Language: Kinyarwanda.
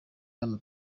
hano